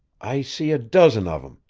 i see a dozen of em,